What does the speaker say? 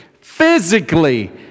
physically